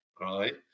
right